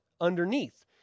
underneath